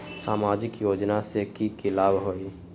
सामाजिक योजना से की की लाभ होई?